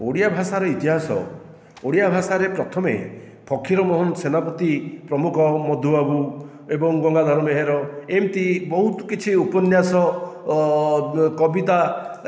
ଓଡ଼ିଆ ଭାଷାର ଇତିହାସ ଓଡ଼ିଆ ଭାଷାରେ ପ୍ରଥମେ ଫକୀର ମୋହନ ସେନାପତି ପ୍ରମୁଖ ମଧୁବାବୁ ଏବଂ ଗଙ୍ଗାଧର ମେହେର ଏମିତି ବହୁତ କିଛି ଉପନ୍ୟାସ କବିତା